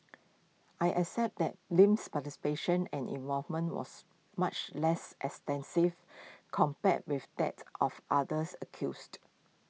I accept that Lim's participation and involvement was much less extensive compared with that of others accused